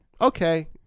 okay